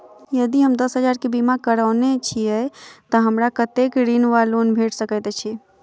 यदि हम दस हजार केँ बीमा करौने छीयै तऽ हमरा कत्तेक ऋण वा लोन भेट सकैत अछि?